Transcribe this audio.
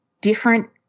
different